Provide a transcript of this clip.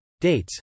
Dates